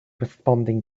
responding